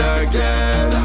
again